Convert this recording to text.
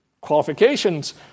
qualifications